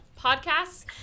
podcasts